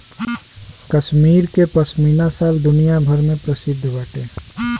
कश्मीर के पश्मीना शाल दुनिया भर में प्रसिद्ध बाटे